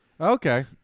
Okay